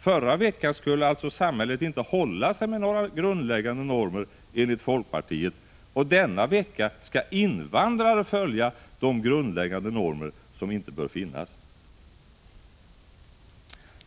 Förra veckan skulle alltså samhället inte hålla sig med några grundläggande normer enligt folkpartiet, och denna vecka skall invandrare följa de ”grundläggande normer” som inte bör finnas.